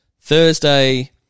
Thursday